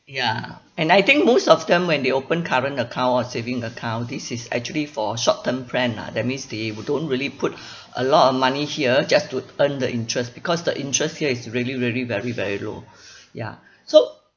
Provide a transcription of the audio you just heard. ya and I think most of them when they open current account or saving account this is actually for short term plan lah that means they would don't really put a lot of money here just to earn the interest because the interest here is really really very very low ya so